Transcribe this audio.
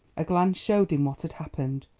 a glance showed him what had happened.